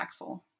impactful